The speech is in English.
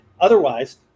otherwise